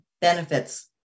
benefits